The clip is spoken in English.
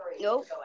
Nope